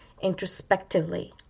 introspectively